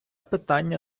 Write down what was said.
питання